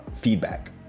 feedback